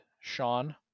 Sean